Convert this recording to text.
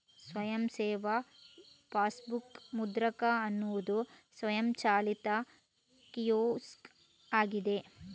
ಸ್ವಯಂ ಸೇವಾ ಪಾಸ್ಬುಕ್ ಮುದ್ರಕ ಅನ್ನುದು ಸ್ವಯಂಚಾಲಿತ ಕಿಯೋಸ್ಕ್ ಆಗಿದೆ